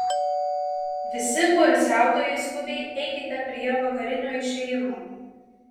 visi poilsiautojai skubiai eikite prie vakarinio išėjimo